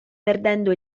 perdendo